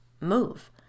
Move